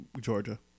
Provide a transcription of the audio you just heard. Georgia